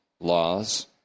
laws